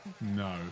no